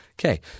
Okay